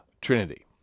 Trinity